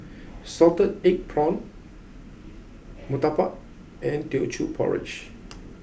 Salted Egg Prawns Murtabak and Teochew Porridge